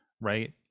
right